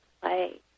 play